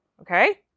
Okay